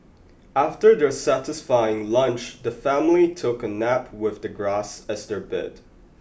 after their satisfying lunch the family took a nap with the grass as their bed